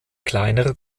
kleinere